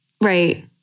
Right